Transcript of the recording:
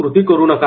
कृती करू नका